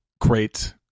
great